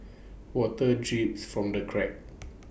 water drips from the cracks